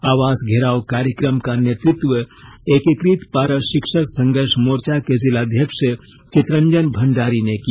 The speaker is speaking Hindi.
आवास घेराव कार्यक्रम का नेतृत्व एकीकृत पारा शिक्षक संघर्ष मोर्चा के जिलाध्यक्ष चितरंजन भंडारी ने किया